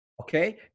Okay